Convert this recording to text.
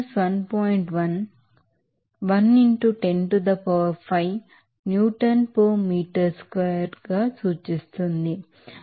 1 1 into 10 to the power 5 neutron per meter squared ను సూచిస్తుంది